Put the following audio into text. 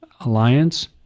Alliance